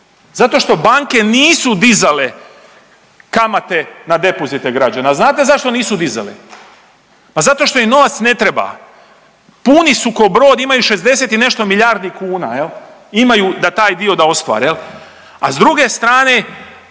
zato što banke nisu dizale kamate na depozite građana. A znate zašto nisu dizale? Pa zato što im novac ne treba. Puni su ko brod imaju 60 i nešto milijardi kuna imaju da taj dio da ostvare, a s druge strane